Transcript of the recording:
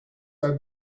are